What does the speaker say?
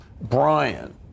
Brian